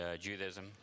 Judaism